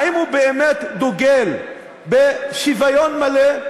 האם הוא באמת דוגל בשוויון מלא?